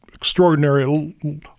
extraordinary